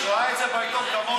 הרי סגלוביץ ראה את זה בעיתון כמוני,